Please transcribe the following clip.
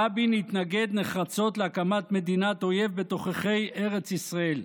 רבין התנגד נחרצות להקמת מדינת אויב בתוככי ארץ ישראל.